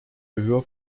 gehör